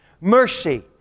mercy